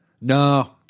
No